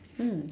mm